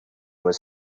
was